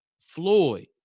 Floyd